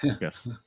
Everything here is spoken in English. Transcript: Yes